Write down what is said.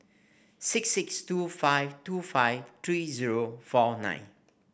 six six two five two five three zero four nine